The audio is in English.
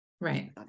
Right